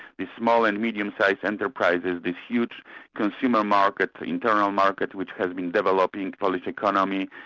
the small and medium-sized enterprises, this huge consumer market, internal market which has been developing polish economy,